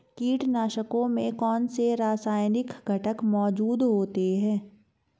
कीटनाशकों में कौनसे रासायनिक घटक मौजूद होते हैं?